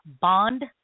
Bond